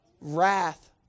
wrath